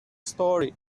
story